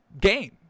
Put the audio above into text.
game